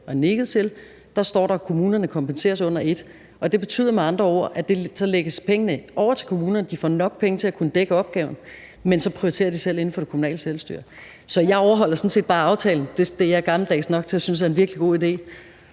og nikket til, står der, at kommunerne kompenseres under et. Det betyder med andre ord, at pengene lægges over til kommunerne. De får nok penge til at kunne dække opgaven, men de prioriterer selv inden for det kommunale selvstyre. Så jeg overholder sådan set bare aftalen. Det er jeg gammeldags nok til at synes er en virkelig god idé.